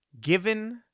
given